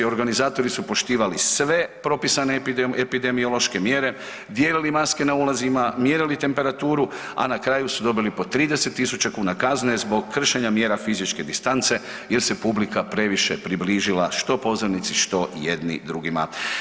Organizatori su poštivali sve propisane epidemiološke mjere, dijelili maske na ulazima, mjerili temperaturu, a na kraju su dobili po 30.000 kuna kazne zbog kršenja mjera fizičke distance jel se publika previše približila što pozornici, što jedni drugima.